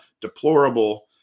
deplorable